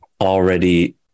already